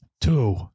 Two